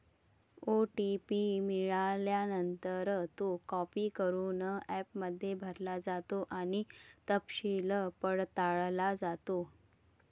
OTP मिळाल्यानंतर, तो copy करून ॲपमध्ये भरला जातो आणि तपशील पडताळला जातो